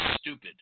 stupid